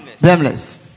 blameless